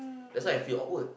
that's why I feel awkward